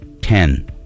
Ten